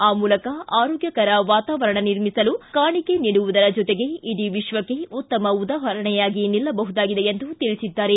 ಆ ಮೂಲಕ ಆರೋಗ್ಯಕರ ವಾತಾವರಣ ನಿರ್ಮಿಸಲು ಕಾಣಿಕೆ ನೀಡುವುದರ ಜೊತೆಗೆ ಇಡೀ ವಿಶ್ವಕ್ಕೆ ಉತ್ತಮ ಉದಾಹರಣೆಯಾಗಿ ನಿಲ್ಲಬಹುದಾಗಿದೆ ಎಂದು ತಿಳಿಸಿದ್ದಾರೆ